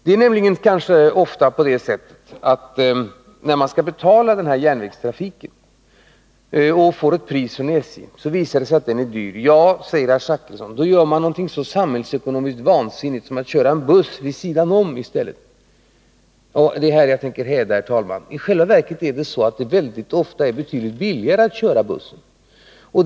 Det är nämligen ofta på det sättet att när man skall betala denna järnvägstrafik och får ett pris från SJ, visar det sig att den trafiken är dyr. Ja, säger herr Zachrisson, då gör man något så samhällsekonomiskt vansinnigt som att köra en buss vid sidan om i stället. Det är här jag tänker häda, herr talman. I själva verket är det väldigt ofta betydligt billigare att köra med buss.